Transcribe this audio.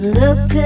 look